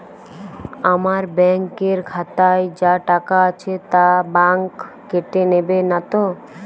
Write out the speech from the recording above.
আমার ব্যাঙ্ক এর খাতায় যা টাকা আছে তা বাংক কেটে নেবে নাতো?